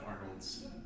Arnold's